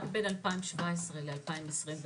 רק בין 2017 ל-2021,